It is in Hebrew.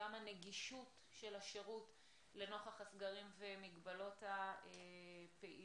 גם הנגישות של השירות לנוכח הסגרים ומגבלות הפעילות.